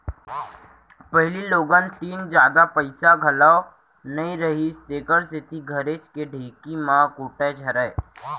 पहिली लोगन तीन जादा पइसा घलौ नइ रहिस तेकर सेती घरेच के ढेंकी म कूटय छरय